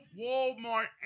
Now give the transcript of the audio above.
Walmart